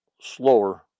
slower